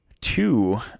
Two